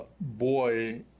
boy